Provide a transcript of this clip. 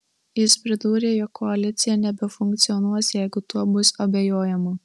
jis pridūrė jog koalicija nebefunkcionuos jeigu tuo bus abejojama